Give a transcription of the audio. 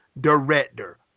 director